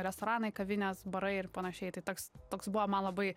restoranai kavinės barai ir panašiai tai toks toks buvo man labai